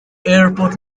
airport